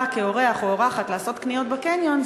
בא כאורח או אורחת לעשות קניות בקניון,